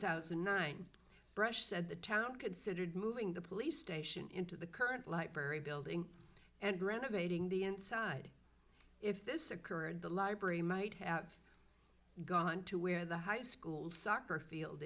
thousand and nine bresh said the town considered moving the police station into the current library building and renovating the inside if this occurred the library might have gone to where the high school soccer field